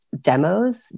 demos